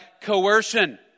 coercion